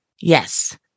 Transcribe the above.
Yes